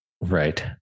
Right